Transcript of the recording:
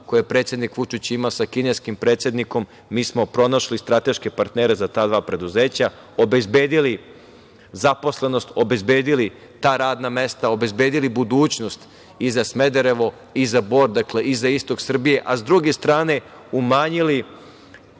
koje predsednik Vučić ima sa kineskim predsednikom, mi smo pronašli strateške partnere za ta dva preduzeća. Obezbedili smo zaposlenost, obezbedili ta radna mesta, obezbedili budućnost i za Smederevo i za Bor, dakle i za istok Srbije. Sa druge strane, umanjili